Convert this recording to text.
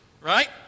right